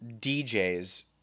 DJ's